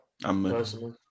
personally